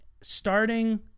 starting